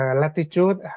latitude